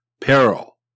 Peril